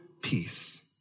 peace